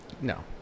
no